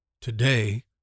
Today